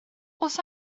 oes